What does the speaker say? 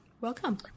Welcome